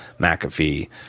McAfee